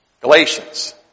Galatians